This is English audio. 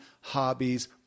hobbies